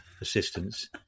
assistance